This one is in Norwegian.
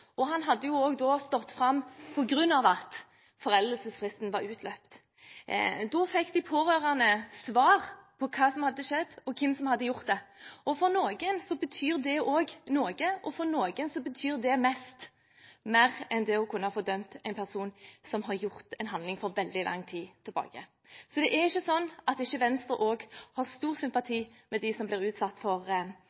og han hadde stått fram på grunn av at foreldelsesfristen var utløpt. Da fikk de pårørende svar på hva som hadde skjedd, og hvem som hadde gjort det. For noen betyr det òg noe, og for noen betyr det mest, mer enn det å kunne få dømt en person som har gjort en handling for veldig lang tid tilbake. Det er ikke sånn at ikke Venstre òg har stor sympati